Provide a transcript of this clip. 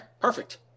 perfect